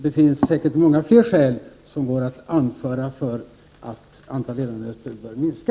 Det finns säkert många fler skäl som går att anföra för att antalet ledamöter bör minska.